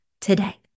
today